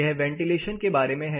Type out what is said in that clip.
यह वेंटिलेशन के बारे में है